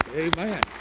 amen